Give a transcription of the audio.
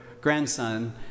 grandson